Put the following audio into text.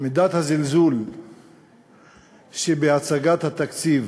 מידת הזלזול שבהצגת התקציב